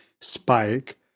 spike